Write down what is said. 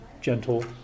gentle